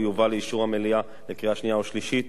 יובא לאישור המליאה לקריאה שנייה ושלישית,